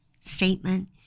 statement